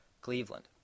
Cleveland